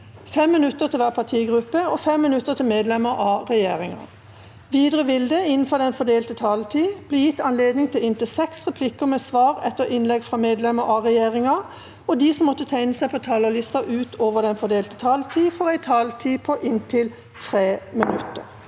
5 minutter til hver partigruppe og 5 minutter til medlemmer av regjeringen. Videre vil det – innenfor den fordelte taletid – bli gitt anledning til inntil seks replikker med svar etter innlegg fra medlemmer av regjeringen, og de som måtte tegne seg på talerlisten utover den fordelte taletid, får en taletid på inntil 3 minutter.